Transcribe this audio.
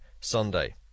Sunday